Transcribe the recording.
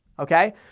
Okay